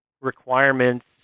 requirements